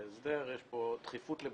בקשת יו"ר ועדת העבודה הרווחה והבריאות להקדמת